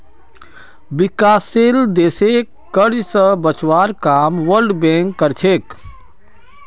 विकासशील देशक कर्ज स बचवार काम वर्ल्ड बैंक कर छेक